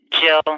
Jill